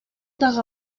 дагы